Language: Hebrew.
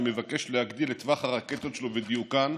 שמבקש להגדיל את טווח הרקטות שלו ואת דיוקן,